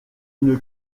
une